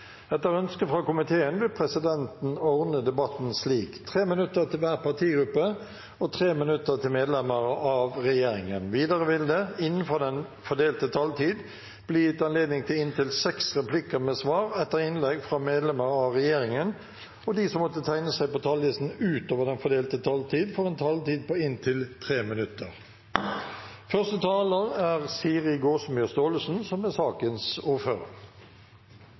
Etter ønske fra kommunal- og forvaltningskomiteen vil presidenten ordne debatten slik: 3 minutter til hver partigruppe og 3 minutter til medlemmer av regjeringen. Videre vil det – innenfor den fordelte taletid – bli gitt anledning til replikkordskifte på inntil seks replikker med svar etter innlegg fra medlemmer av regjeringen, og de som måtte tegne seg på talerlisten utover den fordelte taletid, får også en taletid på inntil 3 minutter. Før jeg går